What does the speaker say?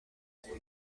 there